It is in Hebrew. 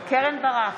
קרן ברק,